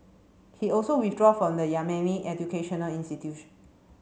he also withdraw from the Yemeni educational institution